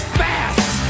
fast